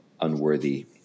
unworthy